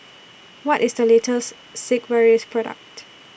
What IS The latest Sigvaris Product